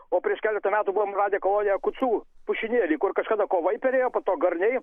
o prieš keletą metų buvom radę koloniją kucų pušynėly kur kažkada kovai perėjo po to garniai